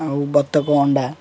ଆଉ ବତକ ଅଣ୍ଡା